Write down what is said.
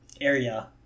area